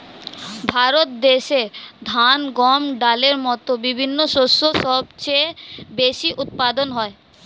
ভারত দেশে ধান, গম, ডালের মতো বিভিন্ন শস্য সবচেয়ে বেশি উৎপাদন হয়